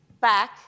back